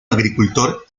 agricultor